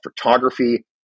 photography